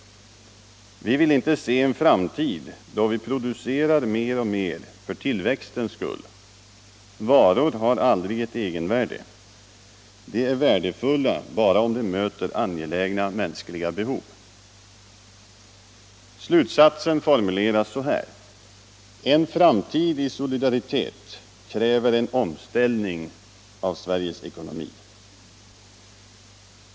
Vi vill inte se en framtid då vi producerar mer och mer för tillväxtens skull. Varor har aldrig ett egenvärde. De är värdefulla bara om de möter angelägna mänskliga behov. Slutsatsen formuleras så här: En framtid i solidaritet kräver en omställning av Sveriges ekonomi.